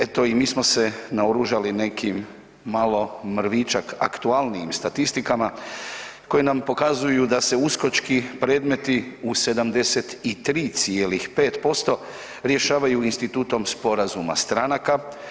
Eto i mi smo se naoružali nekim, malo, mrvičak aktualnijim statistikama koje nam pokazuju da se uskočki predmeti u 73,5% rješavaju institutom „sporazuma stranaka“